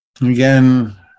again